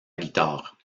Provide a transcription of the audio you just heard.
guitare